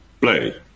play